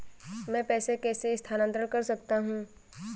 मैं पैसे कैसे स्थानांतरण कर सकता हूँ?